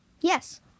yes